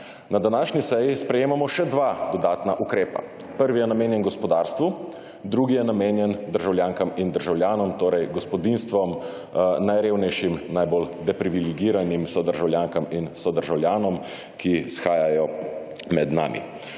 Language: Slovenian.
Na današnji seji sprejemamo še dva dodatna ukrepa: prvi je namenjen gospodarstvu, drugi je namenjen državljankam in državljanom, torej gospodinjstvom, najrevnejšim, najbolj deprivilegiranim sodržavljankam in sodržavljanom med nami.